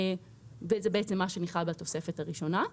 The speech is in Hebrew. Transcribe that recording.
וזה בעצם מה שנכלל בתוספת הראשונה.